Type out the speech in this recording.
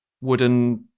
wooden